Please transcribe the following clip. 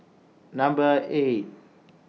Number eight